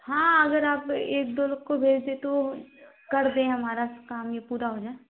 हाँ अगर आप एक दो लोग को भेज दें तो कर दें हमारा काम ये पूरा हो जाए